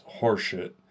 horseshit